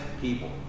people